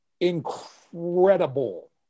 incredible